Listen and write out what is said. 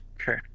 Okay